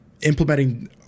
implementing